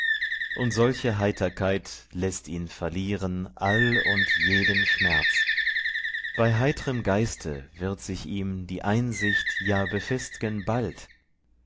und solche heiterkeit läßt ihn verlieren all und jeden schmerz bei heitrem geiste wird sich ihm die einsicht ja befest'gen bald